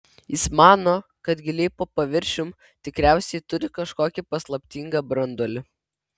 jis mano kad giliai po paviršium tikriausiai turi kažkokį paslaptingą branduolį